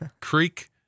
Creek